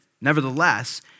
Nevertheless